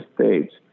States